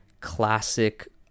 classic